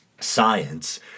science